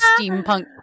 steampunk